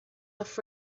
off